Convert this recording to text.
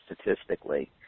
statistically